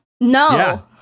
no